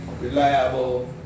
reliable